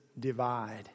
divide